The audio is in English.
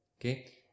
Okay